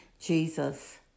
Jesus